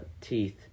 teeth